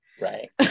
right